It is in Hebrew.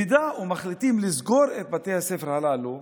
אם מחליטים לסגור את בתי הספר הללו,